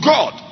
God